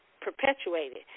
perpetuated